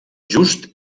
just